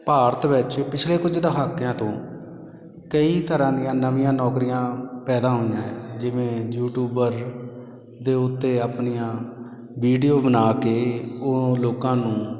ਭਾਰਤ ਵਿੱਚ ਪਿਛਲੇ ਕੁਝ ਦਹਾਕਿਆਂ ਤੋਂ ਕਈ ਤਰ੍ਹਾਂ ਦੀਆਂ ਨਵੀਆਂ ਨੌਕਰੀਆਂ ਪੈਦਾ ਹੋਈਆਂ ਆ ਜਿਵੇਂ ਯੂਟੂਬਰ ਦੇ ਉੱਤੇ ਆਪਣੀਆਂ ਵੀਡੀਓ ਬਣਾ ਕੇ ਉਹ ਲੋਕਾਂ ਨੂੰ